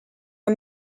are